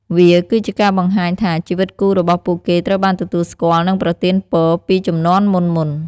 វាគឺជាការបង្ហាញថាជីវិតគូរបស់ពួកគេត្រូវបានទទួលស្គាល់ និងប្រទានពរពីជំនាន់មុនៗ។